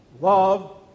Love